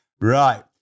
Right